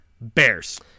Bears